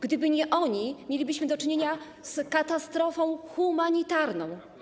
Gdyby nie oni, mielibyśmy do czynienia z katastrofą humanitarną.